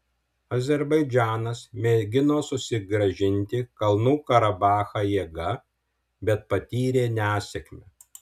azerbaidžanas mėgino susigrąžinti kalnų karabachą jėga bet patyrė nesėkmę